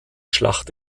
schlacht